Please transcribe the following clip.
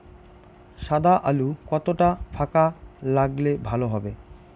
সাদা আলু কতটা ফাকা লাগলে ভালো হবে?